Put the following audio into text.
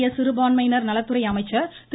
மத்திய சிறுபான்மையினர் நலத்துறை அமைச்சர் திரு